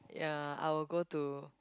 ya I will go to